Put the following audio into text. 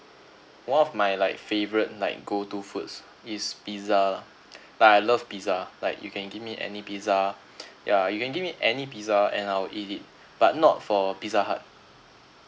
one of my like favourite like go to foods is pizza lah like I love pizza like you can give me any pizza ya you can give me any pizza and I'll eat it but not for pizza hut